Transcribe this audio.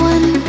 One